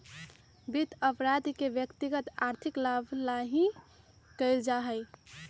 वित्त अपराध के व्यक्तिगत आर्थिक लाभ ही ला कइल जा हई